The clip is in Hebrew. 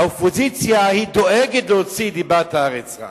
האופוזיציה, היא דואגת להוציא דיבת הארץ רעה.